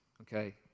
Okay